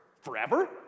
Forever